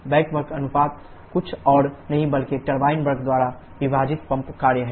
back work अनुपात कुछ और नहीं बल्कि टरबाइन वर्क द्वारा विभाजित पंप कार्य है